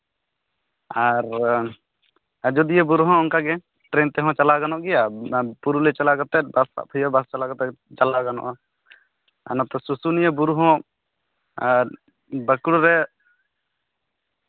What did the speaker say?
ᱟᱨ ᱟᱡᱚᱫᱤᱭᱟᱹ ᱵᱩᱨᱩ ᱦᱚᱸ ᱚᱱᱠᱟᱜᱮ ᱴᱨᱮᱹᱱ ᱛᱮᱦᱚᱸ ᱪᱟᱞᱟᱜ ᱜᱟᱱᱚᱜ ᱜᱮᱭᱟ ᱯᱩᱨᱩᱞᱤᱭᱟᱹ ᱨᱮ ᱪᱟᱞᱟᱣ ᱠᱟᱛᱮᱫ ᱵᱟᱥ ᱥᱟᱵ ᱦᱩᱭᱩᱜᱼᱟ ᱵᱟᱥ ᱥᱟᱵ ᱠᱟᱛᱮᱫ ᱪᱟᱞᱟᱣ ᱜᱟᱱᱚᱜᱼᱟ ᱟᱨ ᱱᱟᱛᱮ ᱥᱩᱥᱩᱱᱤᱭᱟᱹ ᱵᱩᱨᱩ ᱦᱚᱸ ᱟᱨ ᱵᱟᱸᱠᱩᱲᱟ ᱨᱮ